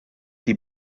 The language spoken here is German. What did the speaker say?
die